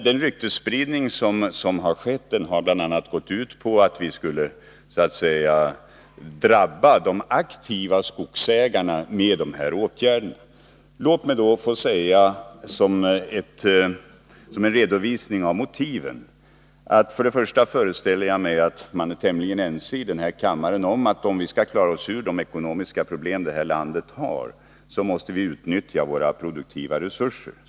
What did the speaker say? Den ryktesspridning som har förekommit har bl.a. gått ut på att vi skulle så att säga drabba de aktiva skogsägarna med de aktuella åtgärderna. Låt mig då som en redovisning för motiven först och främst få säga att jag föreställer mig att vi är tämligen ense om att vi, för att klara oss ur de ekonomiska problem som landet har, måste utnyttja våra produktiva resurser.